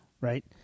right